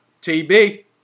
TB